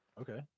Okay